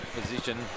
position